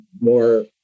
more